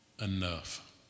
enough